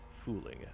fooling